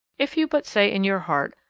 if you but say in your heart,